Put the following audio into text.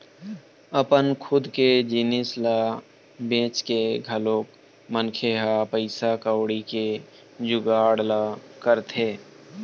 अपन खुद के जिनिस ल बेंच के घलोक मनखे ह पइसा कउड़ी के जुगाड़ ल करथे